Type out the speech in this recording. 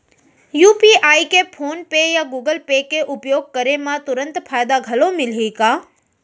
UPI के PhonePe या Google Pay के उपयोग करे म तुरंत फायदा घलो मिलही का?